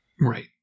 Right